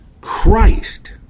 Christ